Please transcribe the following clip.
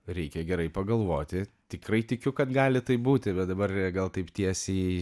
reikia gerai pagalvoti tikrai tikiu kad gali tai būti bet dabar gal taip tiesiai